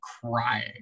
crying